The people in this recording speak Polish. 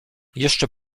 jeszcze